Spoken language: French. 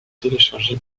téléchargé